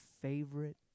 favorite